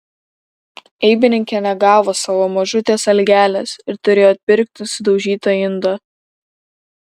eibininkė negavo savo mažutės algelės ir turėjo atpirkti sudaužytą indą